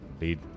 Lead